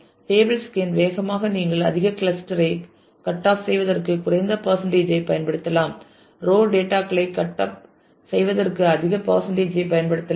table scan வேகமாக நீங்கள் அதிக கிளஸ்டரை கட் ஆப் செய்வதற்கு குறைந்த பெர்சன்டேஜ் ஐ பயன்படுத்தலாம் ரோ டேட்டா களை கட் அப் செய்வதற்கு அதிக பெர்சன்டேஜ் ஐ பயன்படுத்தலாம்